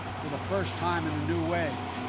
for the first time, in a new way,